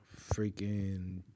freaking